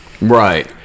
Right